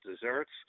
Desserts